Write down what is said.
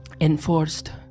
Enforced